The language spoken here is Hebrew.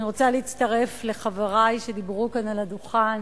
אני רוצה להצטרף לחברי שדיברו כאן על הדוכן.